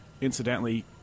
incidentally